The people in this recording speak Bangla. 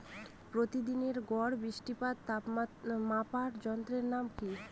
প্রতিদিনের গড় বৃষ্টিপাত মাপার যন্ত্রের নাম কি?